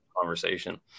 conversation